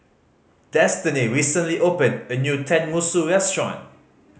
Destany recently opened a new Tenmusu Restaurant